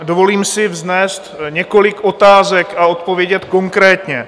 Dovolím si vznést několik otázek a odpovědět konkrétně.